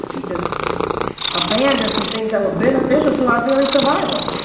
we just abandoned some things that were beneficial to our very survival.